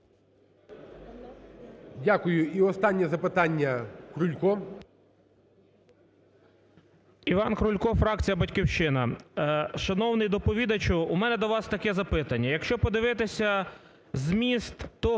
Дякую. І останнє запитання